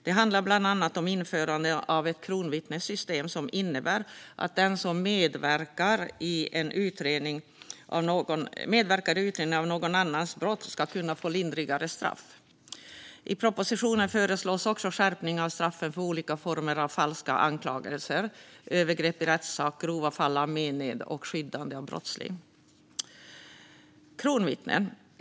Det handlar bland annat om införande av ett kronvittnessystem som innebär att den som medverkar i utredningen av någon annans brott ska kunna få lindrigare straff. I propositionen föreslås också skärpningar av straffen för olika former av falska anklagelser, övergrepp i rättssak, grova fall av mened och skyddande av brottsling.